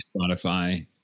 Spotify